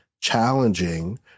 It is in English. challenging